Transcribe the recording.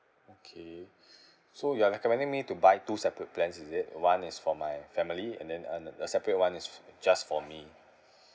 okay so you are recommending me to buy two separate plans is it one is for my family and then an~ the separate one is just for me